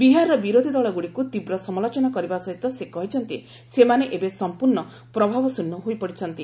ବିହାରର ବିରୋଧୀ ଦଳଗୁଡ଼ିକୁ ତୀବ୍ର ସମାଲୋଚନା କରିବା ସହିତ ସେ କହିଛନ୍ତି ସେମାନେ ଏବେ ସମ୍ପର୍ଶ୍ଣ ପ୍ରଭାବଶ୍ଚନ୍ୟ ହୋଇପଡ଼ିଛନ୍ତି